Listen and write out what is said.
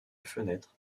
fenêtre